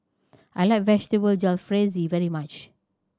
I like Vegetable Jalfrezi very much